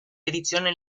edizione